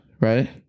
right